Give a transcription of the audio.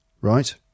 right